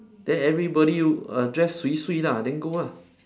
then everybody err dress swee swee lah then go ah